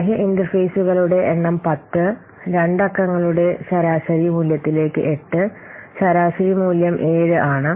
ബാഹ്യ ഇന്റർഫേസുകളുടെ എണ്ണം 10 2 അക്കങ്ങളുടെ ശരാശരി മൂല്യത്തിലേക്ക് 8 ശരാശരി മൂല്യം 7 ആണ്